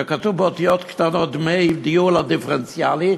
וכתוב באותיות קטנות: דמי ניהול דיפרנציאלי,